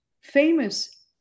famous